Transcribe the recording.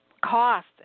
cost